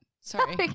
Sorry